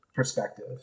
perspective